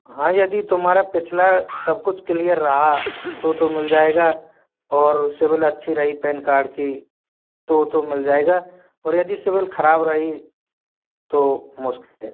हाँ यदि तुम्हारा पिछला सब कुछ किलीयर रहा तो तो मिल जाएगा और सिविल अच्छी रही पैन कार्ड की तो तो मिल जाएगा और यदि सिविल खराब रही तो मुश्किल है